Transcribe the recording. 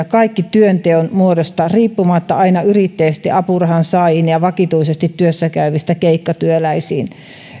kaikki työnteon muodosta riippumatta aina yrittäjistä apurahansaajiin ja vakituisesti työssäkäyvistä keikkatyöläisiin